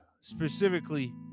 specifically